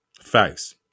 Facts